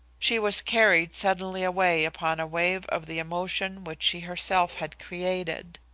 she was carried suddenly away upon a wave of the emotion which she herself had created.